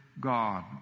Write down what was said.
God